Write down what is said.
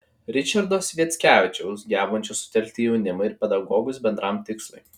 ričardo sviackevičiaus gebančio sutelkti jaunimą ir pedagogus bendram tikslui